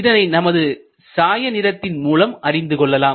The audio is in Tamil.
இதனை நமது சாய நிறத்தின் மூலம் அறிந்து கொள்ளலாம்